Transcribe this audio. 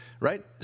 Right